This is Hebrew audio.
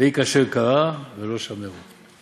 'ויהי כאשר קרא ולא שמעו'".